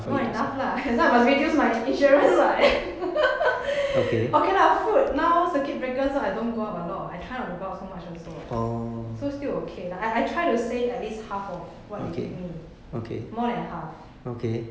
not enough lah that is why must reduce my insurance [what] okay lah food now circuit breaker so I don't go a lot [what] I try not to go out so much also [what] so still okay lah I try to save at least half of what they give me more than half